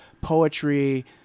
poetry